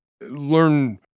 learn